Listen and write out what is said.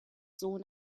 sohn